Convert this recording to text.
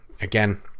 Again